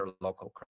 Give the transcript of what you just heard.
local